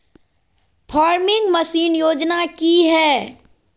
Farming machine योजना कि हैय?